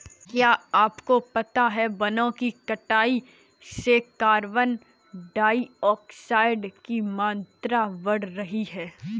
क्या आपको पता है वनो की कटाई से कार्बन डाइऑक्साइड की मात्रा बढ़ रही हैं?